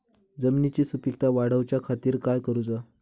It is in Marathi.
जमिनीची सुपीकता वाढवच्या खातीर काय करूचा?